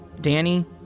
Danny